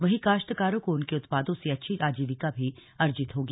वहीं काश्तकारों को उनके उत्पादों से अच्छी आजीविका भी अर्जित होगी